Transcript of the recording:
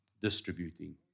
distributing